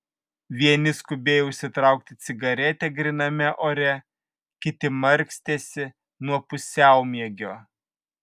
vieni skubėjo užsitraukti cigaretę gryname ore kiti markstėsi nuo pusiaumiegio